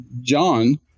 John